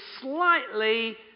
slightly